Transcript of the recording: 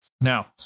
Now